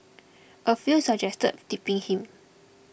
a few suggested tipping him